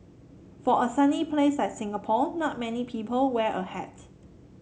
for a sunny place like Singapore not many people wear a hat